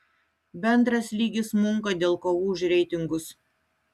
bendras lygis smunka dėl kovų už reitingus